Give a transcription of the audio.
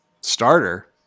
Starter